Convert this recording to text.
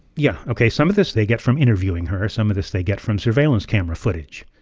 yeah. ok. some of this they get from interviewing her. some of this they get from surveillance camera footage.